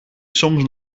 soms